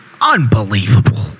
Unbelievable